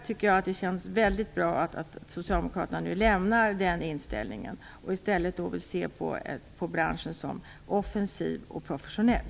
Det känns väldigt bra att socialdemokraterna nu lämnar den här inställningen och i stället vill se branschen som offensiv och professionell.